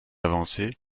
avancées